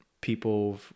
people